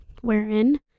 wherein